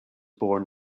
born